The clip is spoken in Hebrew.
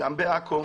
גם בעכו,